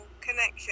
connection